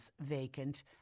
vacant